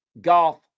golf